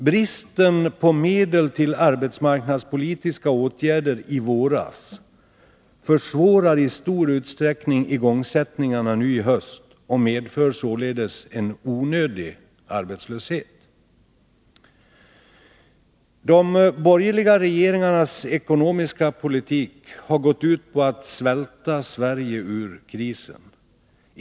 Bristen på medel till arbetsmarknadspolitiska åtgärder i våras försvårar i stor utsträckning igångsättningarna i höst och medför således en onödig arbetslöshet. De borgerliga regeringarnas ekonomiska politik har gått ut på att svälta Sverige ur krisen.